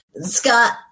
Scott